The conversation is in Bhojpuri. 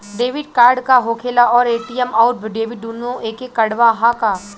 डेबिट कार्ड का होखेला और ए.टी.एम आउर डेबिट दुनों एके कार्डवा ह का?